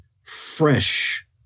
fresh